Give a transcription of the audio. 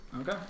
Okay